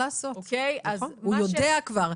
הוא יודע כבר.